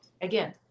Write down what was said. again